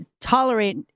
tolerate